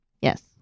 Yes